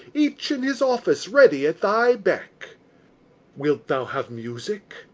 each in his office ready at thy beck wilt thou have music?